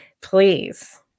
please